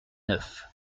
neuf